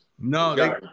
No